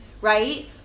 right